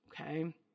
okay